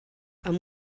amb